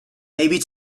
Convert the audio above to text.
maybe